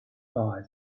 buy